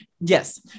yes